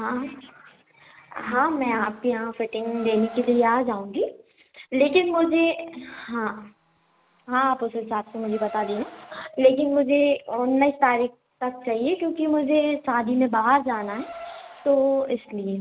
हाँ हाँ मैं आपके यहाँ फ़िटिंग देने के लिए आ जाऊँगी लेकिन मुझे हाँ हाँ आप उस हिसाब से मुझे बता देना लेकिन मुझे उन्नीस तारीख तक चाहिए क्योंकि मुझे शादी में बाहर जाना है तो इसलिए